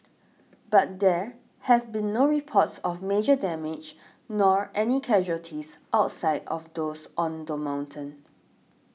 but there have been no reports of major damage nor any casualties outside of those on the mountain